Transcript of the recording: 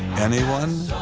anyone?